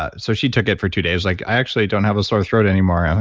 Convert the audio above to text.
ah so she took it for two days. like, i actually don't have a sore throat anymore. i'm